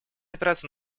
опираться